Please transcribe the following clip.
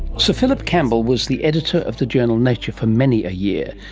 sir philip campbell was the editor of the journal nature for many a year.